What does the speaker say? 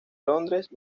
londres